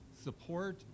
support